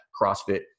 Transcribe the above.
CrossFit